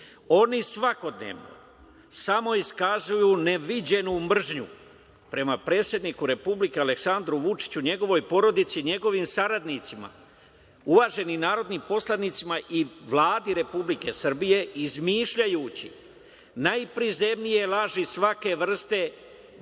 svakodnevno samo iskazuju neviđenu mržnju prema predsedniku Republike Aleksandru Vučiću, njegovoj porodici, njegovim saradnicima, uvaženim narodnim poslanicima i Vladi Republike Srbije, izmišljajući najprizemnije laži svake vrste,